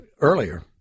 earlier